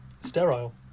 sterile